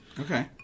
Okay